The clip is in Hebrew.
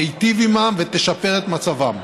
תיטיב עימם ותשפר את מצבם.